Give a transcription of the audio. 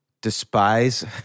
despise